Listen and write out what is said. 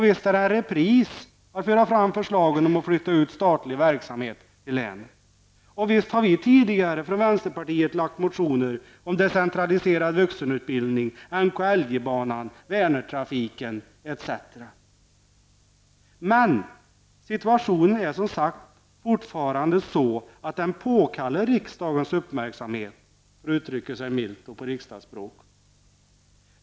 Visst är det en repris att föra fram förslagen om att flytta ut statlig verksamhet till länet. Och visst har vi tidigare från vänsterpartiet väckt motioner om decentraliserad vuxenutbildning, NKLJ-banan, Vänertrafiken etc. Men situationen är som sagt fortfarande sådan att den påkallar riksdagens uppmärksamhet, för att uttrycka sig milt och på riksdagsspråk.